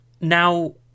Now